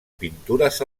pintures